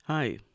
Hi